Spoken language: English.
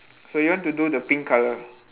so you want to do the pink colour